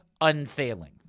unfailing